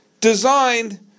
designed